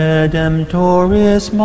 Redemptoris